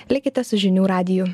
likite su žinių radiju